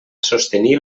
sostenir